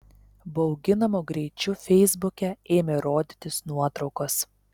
bauginamu greičiu feisbuke ėmė rodytis nuotraukos